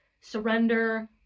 surrender